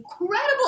incredible